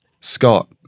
Scott